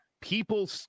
People